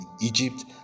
Egypt